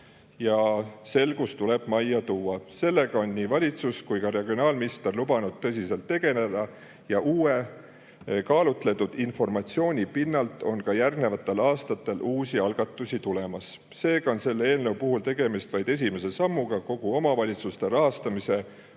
ja selgus tuleb majja tuua. Sellega on nii valitsus kui ka regionaalminister lubanud tõsiselt tegeleda ja uue kaalutletud informatsiooni pinnalt on ka järgnevatel aastatel uusi algatusi tulemas. Seega on selle eelnõu puhul tegemist vaid esimese sammuga kogu omavalitsuste rahastamise probleemi